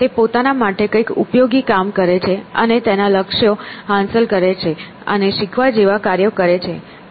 તે પોતાના માટે કંઈક ઉપયોગી કામ કરે છે અને તેના લક્ષ્યો હાંસલ કરે છે અને શીખવા જેવા કાર્યો કરે છે